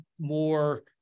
more